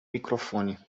microfone